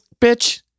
Bitch